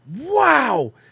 wow